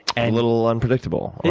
a little unpredictable.